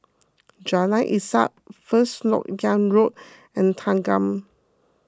Jalan Ishak First Lok Yang Road and Thanggam